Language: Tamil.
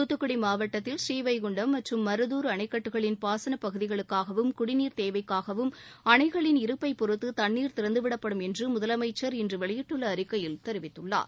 தூத்துக்குடி மாவட்டத்தில் ப்ரீவைகுண்டம் மற்றும் மருதூர் அணைக் கட்டுகளின் பாசன பகுதிகளுக்காகவும் குடிநீர் தேவைக்காகவும் அணைகளின் இருப்பை பொருத்து தண்ணீர் திறந்துவிடப்படும் என்று முதலமைச்சர் இன்று வெளியிட்டுள்ள அறிக்கையில் தெரிவித்துள்ளார்